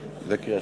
נתקבלו.